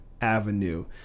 avenue